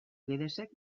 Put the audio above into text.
guedesek